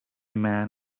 man